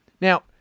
Now